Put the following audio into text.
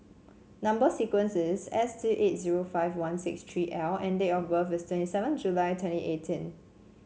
number sequence is S two eight zero five one six tree L and date of birth is twenty seven July twenty eighteen